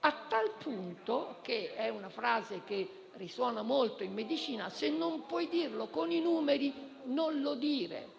a tal punto che - è una frase che risuona molto in medicina - se non puoi dirlo con i numeri, non lo dire.